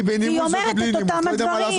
היא אומרת את אותם דברים.